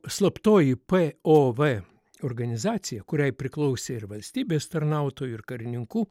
slaptoji p o v organizacija kuriai priklausė ir valstybės tarnautojų ir karininkų